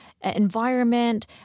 environment